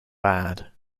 bad